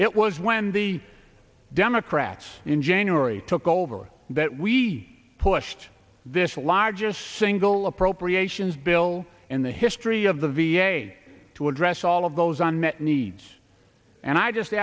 it was when the democrats in january took over that we pushed this the largest single appropriations bill in the history of the v a to address all of those unmet needs and i just